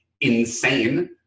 insane